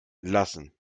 entlassen